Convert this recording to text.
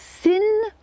sin